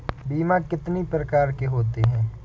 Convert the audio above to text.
बीमा कितनी प्रकार के होते हैं?